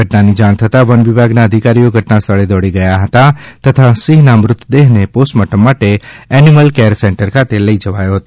ઘટનાની જાણ થતાં વન વિભાગના અધિકારીઓ ઘટના સ્થળે દોડી ગયા હતા તથા સિંહના મૃતદેહને પોસ્ટમાર્ટમ માટે એનિમલ કેર સેન્ટર ખાતે લઈ જવાયો છે